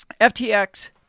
FTX